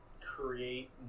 create